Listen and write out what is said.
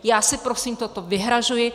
Já si prosím toto vyhrazuji.